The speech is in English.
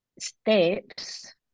steps